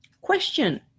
question